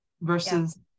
versus